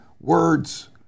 Words